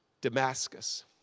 Damascus